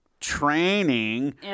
training